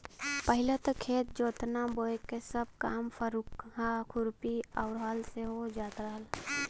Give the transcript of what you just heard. पहिले त खेत जोतना बोये क सब काम फरुहा, खुरपी आउर हल से हो जात रहल